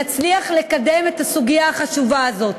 נצליח לקדם את הסוגיה החשובה הזאת,